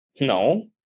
No